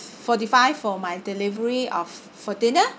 forty five for my delivery of for dinner